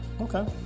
Okay